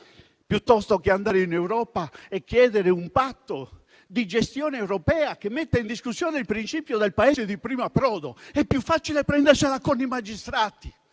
europea o andare in Europa e chiedere un patto di gestione europea che metta in discussione il principio del Paese di primo approdo. È più facile prendersela con i magistrati